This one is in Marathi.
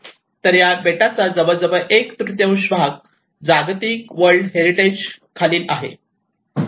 तर या बेटाचा जवळजवळ एक तृतीयांश भाग जागतिक वर्ल्ड हेरिटेज खालील आहे